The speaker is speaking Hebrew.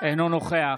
אינו נוכח